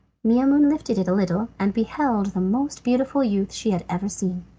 maimoune lifted it a little and beheld the most beautiful youth she had ever seen.